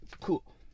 cool